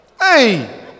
Hey